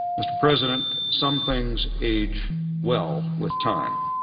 mr. president, some things age well with time,